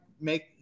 make